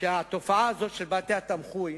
שהתופעה הזאת, של בתי-התמחוי,